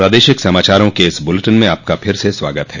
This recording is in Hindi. प्रादेशिक समाचारों के इस बुलेटिन में आपका फिर से स्वागत है